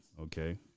Okay